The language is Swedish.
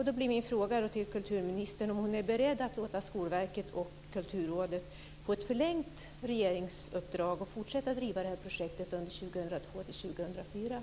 Då blir min fråga till kulturministern om hon är beredd att låta Skolverket och Kulturrådet få ett förlängt regeringsuppdrag och fortsätta att driva det här projektet under 2002